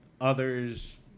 others